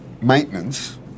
maintenance